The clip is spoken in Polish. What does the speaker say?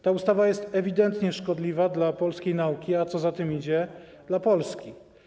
Ta ustawa jest ewidentnie szkodliwa dla polskiej nauki, a co za tym idzie dla Polski.